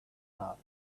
thought